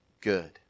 good